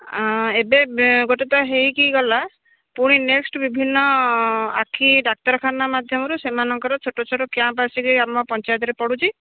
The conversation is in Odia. ଏବେ ଗୋଟେ ତ ହୋଇକି ଗଲା ପୁଣି ନେକ୍ସଟ୍ ବିଭିନ୍ନ ଆଖି ଡାକ୍ତରଖାନା ମାଧ୍ୟମରୁ ସେମାନଙ୍କର ଛୋଟ ଛୋଟ କ୍ୟାମ୍ପ୍ ଆସିବେ ଆମ ପଞ୍ଚାୟତରେ ପଡ଼ୁଛି